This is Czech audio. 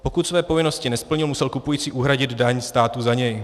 Pokud své povinnosti nesplnil, musel kupující uhradit daň státu za něj.